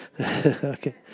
Okay